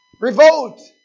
Revolt